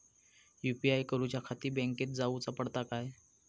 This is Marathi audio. यू.पी.आय करूच्याखाती बँकेत जाऊचा पडता काय?